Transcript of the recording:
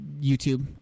YouTube